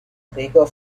gregor